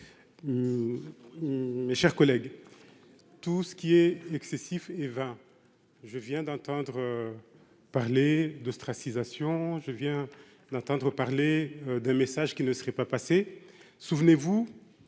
mes chers collègues, tout ce qui est excessif est vain, je viens d'entendre parler d'ostracisation, je viens d'entendre parler d'un message qui ne serait pas passé souvenez-vous